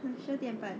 十二点半